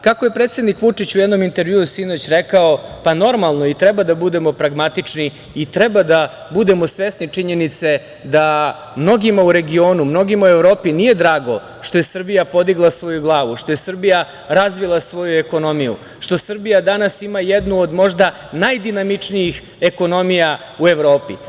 Kako je predsednik Vučić u jednom intervjuu sinoć rekao, normalno je i treba da budemo pragmatični i treba da budemo svesni činjenice da mnogima u regionu, mnogima u Evropi nije drago što je Srbija podigla svoju glavu, što je Srbija razvila svoju ekonomiju, što Srbija danas ima jednu od možda najdinamičnijih ekonomija u Evropi.